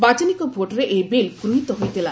ବାଚନିକ ଭୋଟ୍ରେ ଏହି ବିଲ୍ ଗୃହିତ ହୋଇଥିଲା